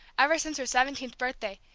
ever since her seventeenth birthday,